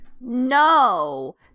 No